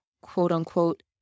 quote-unquote